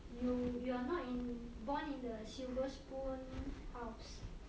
you you are not in born in the silver spoon house